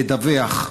לדווח,